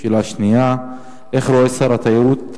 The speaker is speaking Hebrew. שאלה שנייה: איך רואה שר התיירות את